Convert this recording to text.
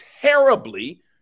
terribly